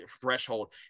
threshold